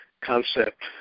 concept